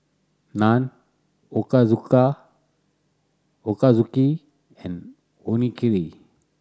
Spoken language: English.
Naan Ochazuke and Onigiri